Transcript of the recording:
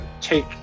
Take